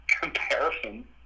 comparison